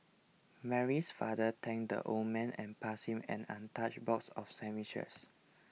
Mary's father thanked the old man and passed him an untouched box of sandwiches